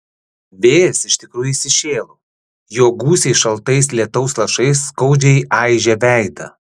vėjas iš tikrųjų įsišėlo jo gūsiai šaltais lietaus lašais skaudžiai aižė veidą